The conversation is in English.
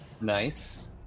Nice